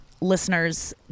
listeners